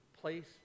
place